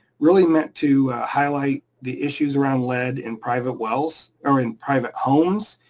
really meant to highlight the issues around lead in private wells or in private homes,